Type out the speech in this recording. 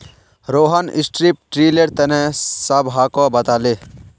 Rohan strip tiller तने सबहाको बताले